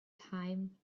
time